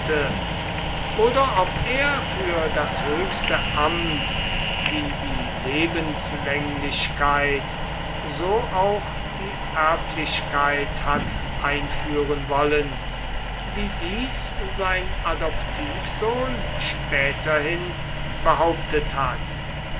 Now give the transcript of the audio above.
oder ob er für das höchste amt wie die lebenslänglichkeit so auch die erblichkeit hat einführen wollen wie dies sein adoptivsohn späterhin behauptet hat